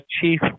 chief